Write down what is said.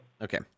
Okay